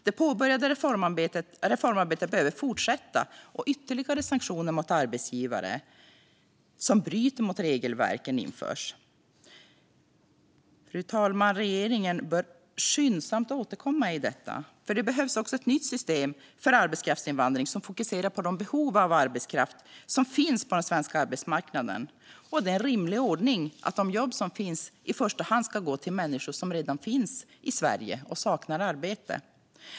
Det påbörjade reformarbetet behöver fortsätta, och ytterligare sanktioner mot arbetsgivare som bryter mot regelverken införs. Fru talman! Regeringen bör skyndsamt återkomma i detta, för det behövs också ett nytt system för arbetskraftsinvandring som fokuserar på de behov av arbetskraft som finns på den svenska arbetsmarknaden. Det är en rimlig ordning att de jobb som finns i första hand ska gå till människor som redan finns i Sverige och saknar arbete.